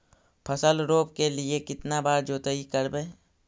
फसल रोप के लिय कितना बार जोतई करबय?